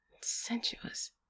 sensuous